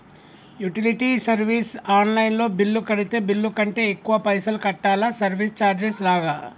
Utility service online లో bill కడితే bill కంటే ఎక్కువ పైసల్ కట్టాలా సర్వీస్ చార్జెస్ లాగా?